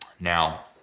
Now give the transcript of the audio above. Now